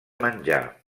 menjar